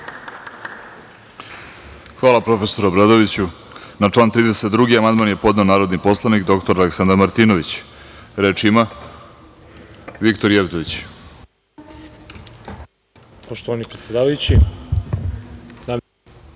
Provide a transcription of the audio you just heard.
Hvala, profesore Obradoviću. Na član 32. amandman je podneo narodni poslanik dr Aleksandar Martinović. Reč ima narodni